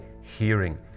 hearing